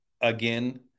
again